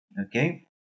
okay